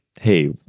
hey